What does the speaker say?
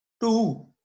two